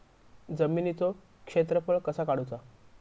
जमिनीचो क्षेत्रफळ कसा काढुचा?